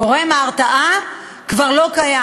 גורם ההרתעה כבר לא קיים.